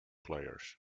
players